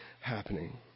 happening